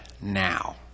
now